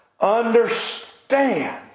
understand